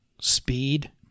Speed